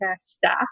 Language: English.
staff